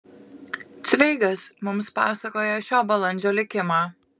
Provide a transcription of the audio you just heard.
cveigas mums pasakoja šio balandžio likimą